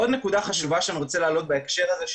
עוד נקודה חשובה שאני רוצה להעלות בהקשר של